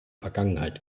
vergangenheit